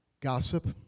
gossip